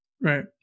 right